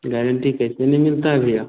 guarantee कैसे नहीं मिलता है भैया